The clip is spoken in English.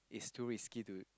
it's too risky to